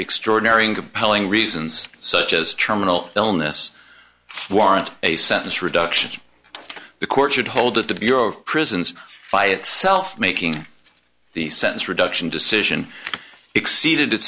extraordinary and compelling reasons such as terminal illness warrant a sentence reduction the court should hold that the bureau of prisons by itself making the sentence reduction decision exceeded